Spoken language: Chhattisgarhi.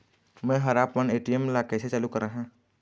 मैं हर आपमन ए.टी.एम ला कैसे चालू कराहां?